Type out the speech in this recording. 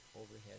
overhead